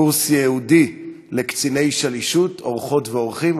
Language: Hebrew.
קורס ייעודי לקציני שלישות, אורחות ואורחים.